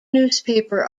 newspaper